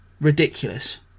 ridiculous